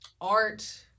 art